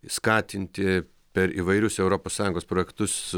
skatinti per įvairius europos sąjungos projektus